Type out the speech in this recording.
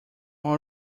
all